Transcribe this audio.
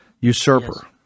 usurper